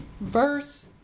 Verse